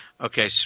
okay